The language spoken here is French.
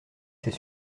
ses